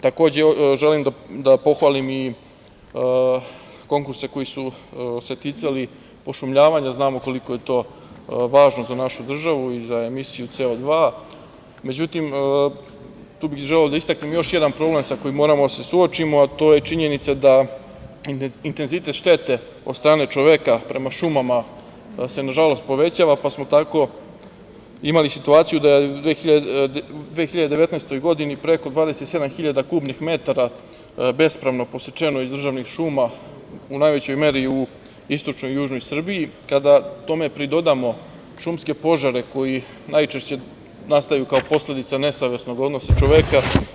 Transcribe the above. Takođe, želim da pohvalim i konkurse koji su se ticali pošumljavanja, jer znamo koliko je to važno za našu državu i za emisiju CO 2. Međutim, tu bih želeo da istaknem još neki problem sa kojim moramo da se suočimo, a to je činjenica da intenzitet štete, od strane čoveka prema šumama, se na žalost povećava, pa smo tako imali situaciju da u 2019. godini, preko 27 hiljada kubnih metara, bespravno posečeno iz državnih šuma, u najvećoj meri u istočnoj i južnoj Srbiji, kada tome pridodamo šumske požare koji najčešće postaju kao posledica nesavesnog odnosa čoveka.